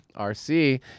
RC